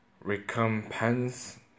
Recompense